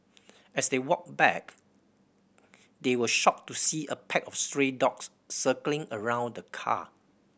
as they walked back they were shocked to see a pack of stray dogs circling around the car